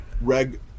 Reg